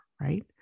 right